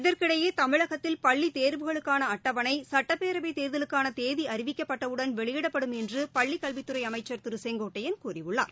இதற்கிடையே தமிழகத்தில் பள்ளித் தேர்வுகளுக்கான அட்டவணை சட்டப்பேரவைத் தேர்தலுக்கான தேதி அறிவிக்கப்பட்டவுடன் வெளியிடப்படும் என்று பள்ளிக் கல்வித்துறை அமைச்சா் திரு செங்கோட்டையன் கூறியுள்ளார்